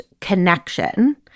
connection